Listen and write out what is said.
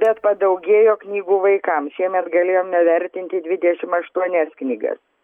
bet padaugėjo knygų vaikams šiemet galėjom vertinti dvidešimt aštuonias knygas